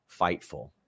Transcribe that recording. FIGHTFUL